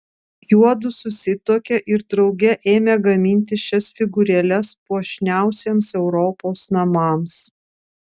juodu susituokė ir drauge ėmė gaminti šias figūrėles puošniausiems europos namams